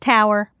Tower